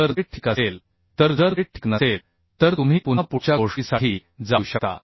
जर ते ठीक असेल तर जर ते ठीक नसेल तर तुम्ही पुन्हा पुढच्या गोष्टीसाठी जाऊ शकता